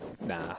Nah